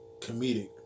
comedic